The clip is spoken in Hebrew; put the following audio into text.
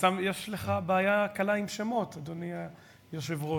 יש לך בעיה קלה עם שמות, אדוני היושב-ראש,